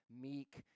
meek